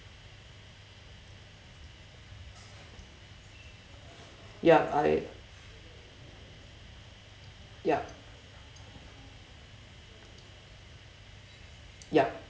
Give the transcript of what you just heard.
yup I yup yup